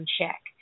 check